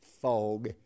fog